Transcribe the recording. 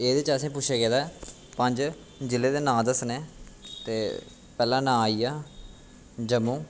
एह्दे च असेंगी पुच्छेआ गेदा ऐ कि पंज जि'लें दे नांऽ दस्सने ते पैह्ला नांऽ आई गेआ जम्मू